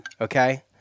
Okay